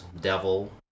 Devil